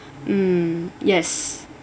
mm yes